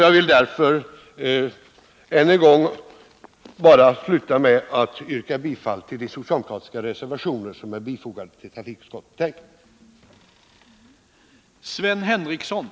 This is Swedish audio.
Jag vill därför bara än en gång yrka bifall till de socialdemokratiska reservationer som är fogade till trafikutskottets betänkande.